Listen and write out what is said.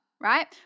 Right